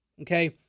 Okay